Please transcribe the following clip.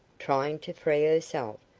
trying to free herself.